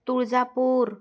Tuljapur